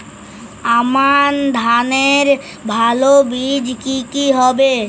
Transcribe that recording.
আমান ধানের ভালো বীজ কি কি হবে?